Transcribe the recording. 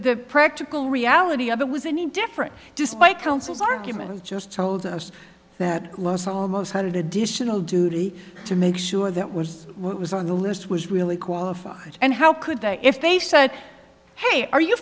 practical reality of it was any different despite counsel's argument just told us that last almost hundred additional duty to make sure that was what was on the list was really qualified and how could they if they said hey are you